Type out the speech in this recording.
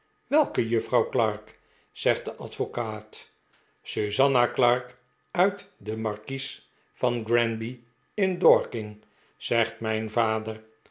welke juffrouw clarke zegt de advocaat susanna clarke uit de markies van granby in dorking zegt mijn vader